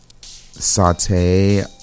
saute